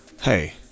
Hey